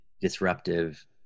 disruptive